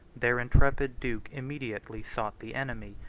their intrepid duke immediately sought the enemy,